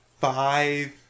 five